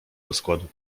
rozkładu